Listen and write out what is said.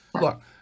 Look